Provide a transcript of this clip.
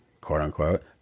quote-unquote